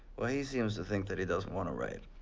well, he seems to think that he doesn't want to write,